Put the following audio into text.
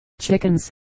chickens